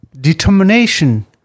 determination